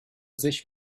sich